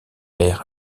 air